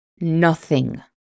nothing